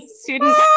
student